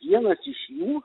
vienas iš jų